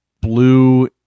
blue